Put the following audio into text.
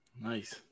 Nice